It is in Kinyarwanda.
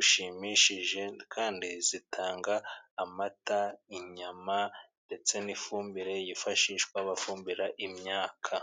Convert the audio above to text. ushimishije, kandi zitanga amata, inyama, ndetse n'ifumbire yifashishwa bafumbira imyaka.